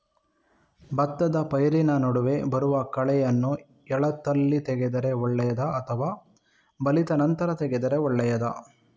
ಭತ್ತದ ಪೈರಿನ ನಡುವೆ ಬರುವ ಕಳೆಯನ್ನು ಎಳತ್ತಲ್ಲಿ ತೆಗೆದರೆ ಒಳ್ಳೆಯದಾ ಅಥವಾ ಬಲಿತ ನಂತರ ತೆಗೆದರೆ ಒಳ್ಳೆಯದಾ?